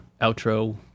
outro